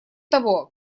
того